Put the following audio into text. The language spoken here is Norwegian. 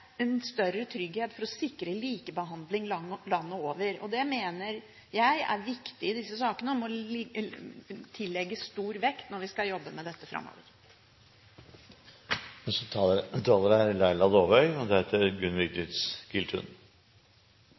en større trygghet for å sikre likebehandling over hele landet. Dette mener jeg er viktig i disse sakene, og det må tillegges stor vekt når vi skal jobbe med dette